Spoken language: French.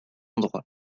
endroit